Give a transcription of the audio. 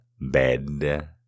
bed